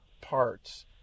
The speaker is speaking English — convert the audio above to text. parts